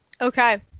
Okay